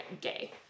gay